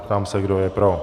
Ptám, se, kdo je pro.